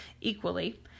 equally